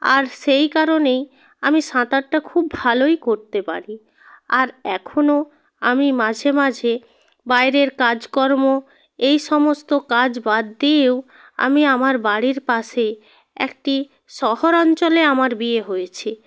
আর সেই কারণেই আমি সাঁতারটা খুব ভালোই করতে পারি আর এখনও আমি মাঝে মাঝে বাইরের কাজকর্ম এই সমস্ত কাজ বাদ দিয়েও আমি আমার বাড়ির পাশে একটি শহর অঞ্চলে আমার বিয়ে হয়েছে